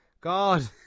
God